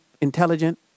intelligent